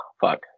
fuck